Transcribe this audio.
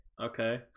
Okay